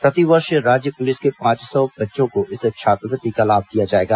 प्रति वर्ष राज्य पुलिस के पांच सौ बच्चों को इस छात्रवृत्ति का लाभ दिया जाएगा